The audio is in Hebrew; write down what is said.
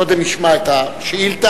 קודם נשמע את השאילתא.